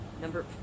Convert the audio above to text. number